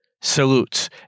salutes